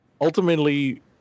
ultimately